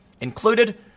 Included